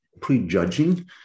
prejudging